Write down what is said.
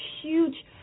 huge